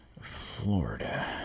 Florida